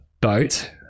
boat